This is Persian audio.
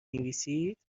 نویسید